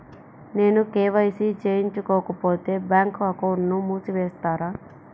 నేను కే.వై.సి చేయించుకోకపోతే బ్యాంక్ అకౌంట్ను మూసివేస్తారా?